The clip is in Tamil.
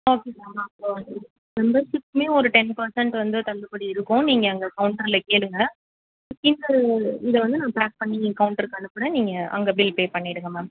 ஓகேங்க நான் இப்போது வந்து மெம்பர்ஷிப்புமே ஒரு டென் பெர்செண்ட் வந்து தள்ளுபடி இருக்கும் நீங்கள் அங்கே கவுண்டரில் கேளுங்க அட்லீஸ்ட் அது இதை வந்து நான் பேக் பண்ணி கவுண்டருக்கு அனுப்புகிறேன் நீங்கள் அங்கே பில் பே பண்ணிவிடுங்க மேம்